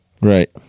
Right